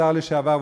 השר לשעבר,